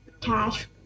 cash